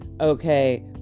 okay